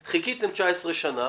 הצעת חוק המקרקעין (תיקון מס' 33) (חלקה תלת-ממדית),